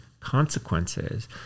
Consequences